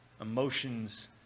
Emotions